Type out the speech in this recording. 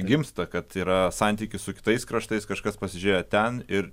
gimsta kad yra santykis su kitais kraštais kažkas pasižiūrėjo ten ir